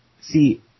See